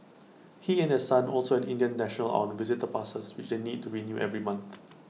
he and their son also an Indian national are on visitor passes which they need to renew every month